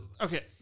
okay